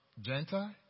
gentle